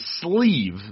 sleeve